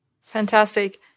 Fantastic